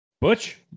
Butch